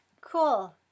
cool